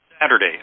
Saturday